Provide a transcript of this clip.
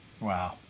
Wow